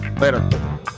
Later